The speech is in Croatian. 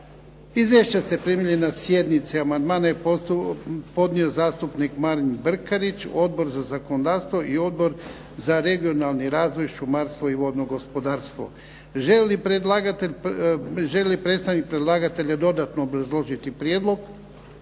Izvješća ste primili na sjednici. Amandmane je podnio zastupnik Marin Brkarić, Odbor za zakonodavstvo i Odbor za regionalni razvoj, šumarstvo i vodno gospodarstvo. Želi li predstavnik predlagatelja dodatno obrazložiti prijedlog?